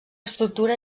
estructura